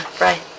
right